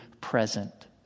present